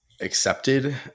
accepted